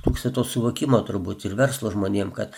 trūksta to suvokimo turbūt ir verslo žmonėm kad